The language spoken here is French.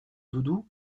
doudou